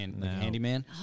Handyman